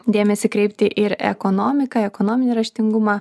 dėmesį kreipti ir ekonomiką ekonominį raštingumą